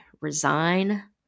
resign